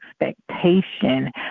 expectation